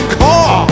car